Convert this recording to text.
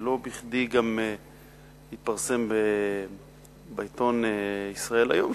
ולא בכדי גם התפרסם בעיתון "ישראל היום",